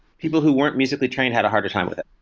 people who weren't musically trained had a harder time with it.